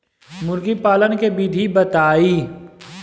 मुर्गी पालन के विधि बताई?